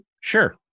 Sure